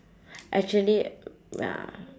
actually ya